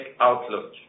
outlook